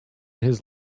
his